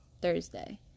Thursday